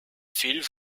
viel